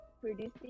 Producing